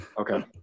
okay